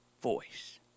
voice